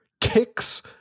kicks